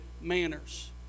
manners